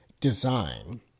design